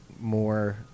more